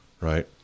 Right